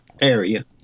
area